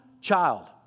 child